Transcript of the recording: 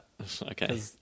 okay